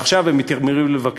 ועכשיו הם מתיימרים לבקר.